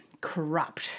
corrupt